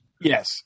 yes